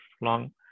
long